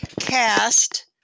cast